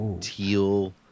teal